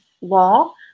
law